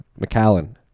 McAllen